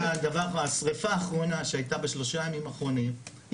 השריפה האחרונה שהייתה בשלושת הימים האחרונים,